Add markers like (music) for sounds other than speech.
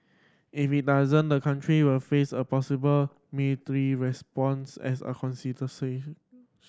if it does the country will face a possible military response as a (unintelligible)